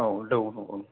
औ दं औ औ